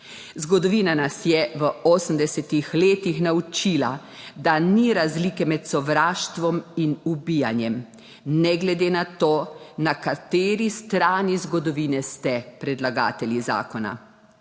Zgodovina nas je v 80. letih naučila, da ni razlike med sovraštvom in ubijanjem, ne glede na to, na kateri strani zgodovine ste predlagatelji zakona.